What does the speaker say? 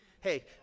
Hey